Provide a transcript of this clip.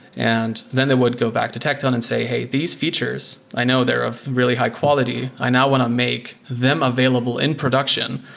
and then they would go back to tecton and say, hey, these features, i know they're of really high quality. i now want to make them available in production.